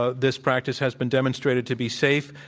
ah this practice has been demonstrated to be safe,